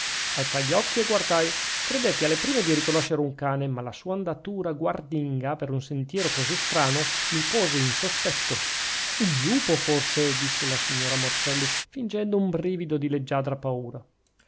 alzai gli occhi e guardai credetti alle prime di riconoscere un cane ma la sua andatura guardinga per un sentiero così strano mi pose in sospetto un lupo forse disse la signora morselli fingendo un brivido di leggiadra paura